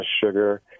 sugar